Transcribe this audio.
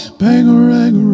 bangarang